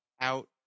out